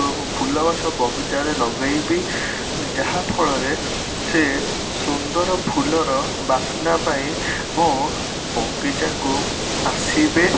ଫୁଲଗଛ ବଗିଚାରେ ଲଗେଇବି ଯାହାଫଳରେ ସେ ସୁନ୍ଦର ଫୁଲର ବାସ୍ନା ପାଇଁ ମୋ ବଗିଚାକୁ ଆସିବେ